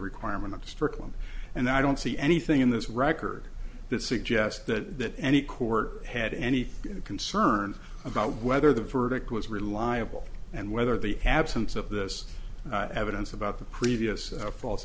requirement of strickland and i don't see anything in this record that suggests that any court had any concern about whether the verdict was reliable and whether the absence of this evidence about the previous false